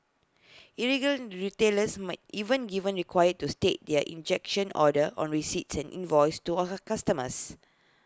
retailers might even given required to state their injunction order on receipts and invoices to customers